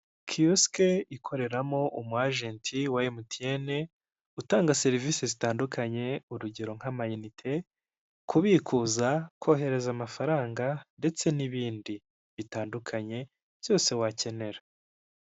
Kiyosiki ikoreramo umu ajenti wa emutiyene, utanga serivisi zitandukanye, urugero nk'amayinite, kubikuza kohereza amafaranga ndetse n'ibindi bitandukanye byose wakenera.